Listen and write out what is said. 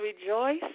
rejoice